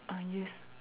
ah yes